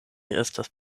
estas